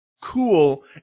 cool